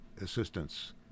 assistance